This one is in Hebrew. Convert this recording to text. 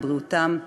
לבריאותם,